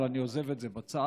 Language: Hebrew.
אבל אני עוזב את זה בצד.